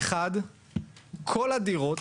אחד כל הדירות,